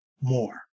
more